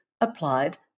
applied